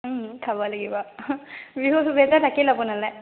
খাব লাগিব বিহুৰ শুভেচ্ছা থাকিল আপোনালৈ